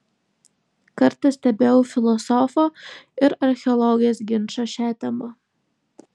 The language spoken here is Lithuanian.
kartą stebėjau filosofo ir archeologės ginčą šia tema